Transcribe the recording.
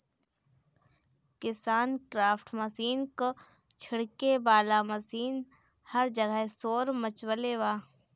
KisanKraft machine क छिड़के वाला मशीन हर जगह शोर मचवले बा